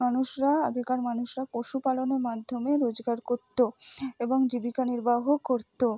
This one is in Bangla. মানুষরা আগেকার মানুষরা পশুপালনের মাধ্যমে রোজগার করত এবং জীবিকা নির্বাহ করত